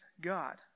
God